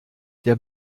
der